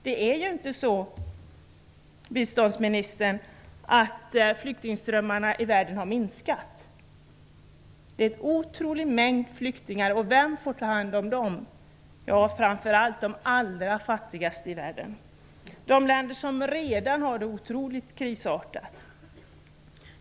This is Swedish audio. Det är inte så, biståndsministern, att flyktingströmmarna i världen har minskat. Det är en otrolig mängd flyktingar, och vem får ta hand om dem? Jo, framför allt de allra fattigaste i världen. De länder som redan har det otroligt krisartat.